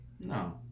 No